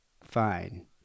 Fine